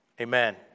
Amen